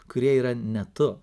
kurie yra ne tu